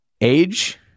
age